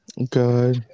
Good